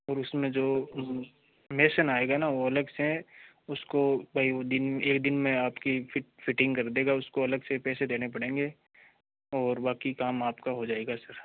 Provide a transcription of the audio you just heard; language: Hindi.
और उसमें जो मेसन आएगा न वो अलग से है उसको भई वो दिन एक दिन में आपकी फिट फिटिंग कर देगा उसको अलग से पैसे देने पड़ेंगे ओर बाकी काम आपका हो जाएगा सर